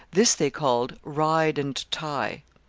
this they called ride and tie.